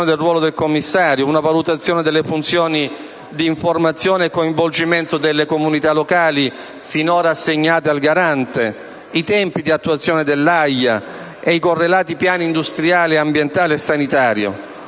del ruolo del commissario, una valutazione delle funzioni di informazione e coinvolgimento delle comunità locali, finora assegnate al garante, i tempi di attuazione dell'AIA e dei correlati piani ambientale, industriale e sanitario,